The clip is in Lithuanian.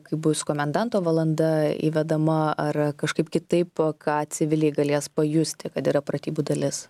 kai bus komendanto valanda įvedama ar kažkaip kitaip ką civiliai galės pajusti kad yra pratybų dalis